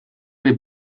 või